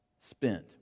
spent